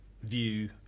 view